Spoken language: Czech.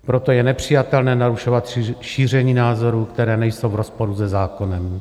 Proto je nepřijatelné narušovat šíření názorů, které nejsou v rozporu se zákonem.